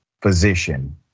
physician